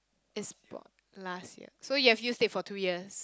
it's bought last year so you've used it for two years